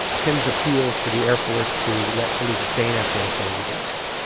tim's appeals to the air force to let felisa stay in afghanistan were denied